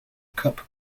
cup